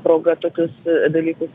proga tokius dalykus